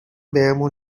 بهمون